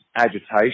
agitation